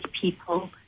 people